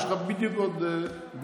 יש לך בדיוק עוד משפט אחד.